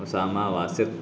Usama Wasif